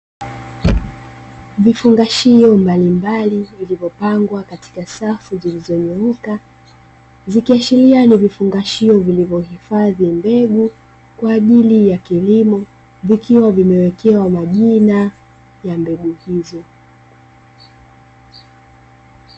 Vifungashio mbalimbali vilivyopangwa katika safu zilizonyooka, zikiashiria ni vifungashio vilivyohifadhi mbegu kwa ajili ya kilimo vikiwa vimewekewa majina ya mbegu hizo.